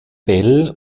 bell